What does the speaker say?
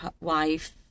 wife